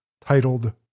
titled